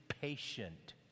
patient